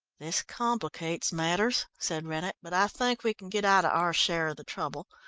this complicates matters, said rennett, but i think we can get out of our share of the trouble,